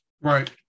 Right